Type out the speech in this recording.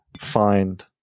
find